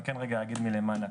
אני כן רגע אגיד מלמעלה.